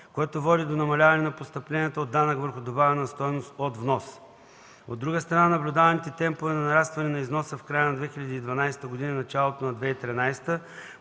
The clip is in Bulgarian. което води до намаляване на постъпленията от данък върху добавената стойност от внос. От друга страна, наблюдаваните темпове на нарастване на износа в края на 2012 г. и в началото на 2013 г.